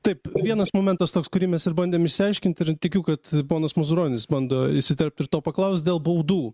taip vienas momentas toks kurį mes ir bandėm išsiaiškint ir tikiu kad ponas mazuronis bando įsiterpt ir to paklaus dėl baudų